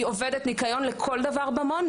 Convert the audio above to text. היא עובדת ניקיון לכל דבר במעון,